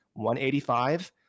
185